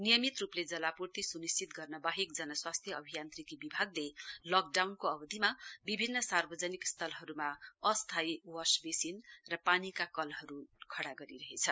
नियमित रूपले जलापूर्ति सुनिश्चित गर्नवाहेक जन स्वास्थ्य अभियान्त्रिकी विभागले लकडाउनको अवधिमा विभिन्न सार्वजनिक स्थलहरूमा अस्थायी वास बेसिन र पानीका कलहरू खड़ा गरिहेछ